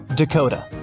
Dakota